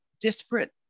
disparate